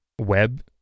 web